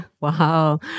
Wow